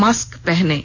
mask पहनें